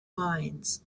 mines